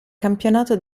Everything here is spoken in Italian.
campionato